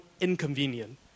inconvenient